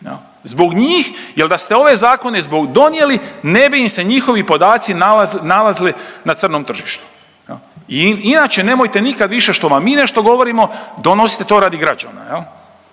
Zbog njih jel da ste ove zakone donijeli ne bi im se njihovi podaci nalazili, nalazili na crnom tržištu. I inače nemojte nikad više što vam mi nešto govorimo donosite to radi građana.